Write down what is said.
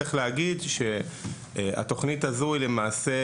צריך להגיד שהתוכנית הזו היא למעשה